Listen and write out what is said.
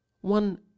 one